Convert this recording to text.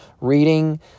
reading